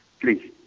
Please